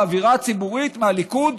באווירה הציבורית מהליכוד,